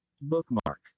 bookmark